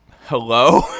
hello